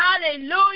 Hallelujah